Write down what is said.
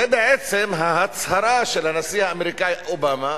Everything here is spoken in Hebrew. זה בעצם ההצהרה של הנשיא האמריקני אובמה